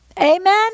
Amen